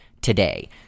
today